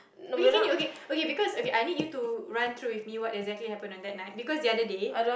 okay can you okay okay because okay I need you to run through with me what exactly happened that night because the other day